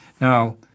Now